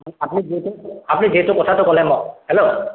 আপুনি যিহেতু আপুনি যিহেতু কথাটো ক'লে মোক হেল্ল'